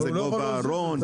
מה גובה הארון,